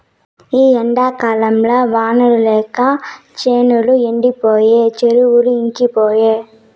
ఈ ఎండాకాలంల వానలు లేక చేనులు ఎండిపాయె చెరువులు ఇంకిపాయె